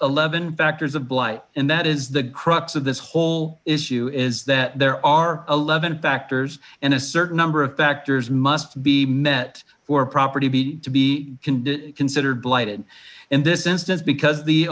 factors and that is the crux of this whole issue is that there are eleven factors and a certain number of factors must be met for property to be considered blighted in this instance because the